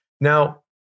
Now